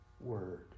word